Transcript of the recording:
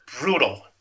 brutal